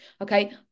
Okay